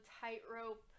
tightrope